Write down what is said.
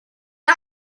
the